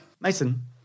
Mason